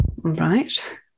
Right